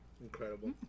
incredible